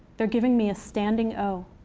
they're giving me a standing o.